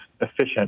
efficient